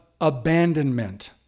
abandonment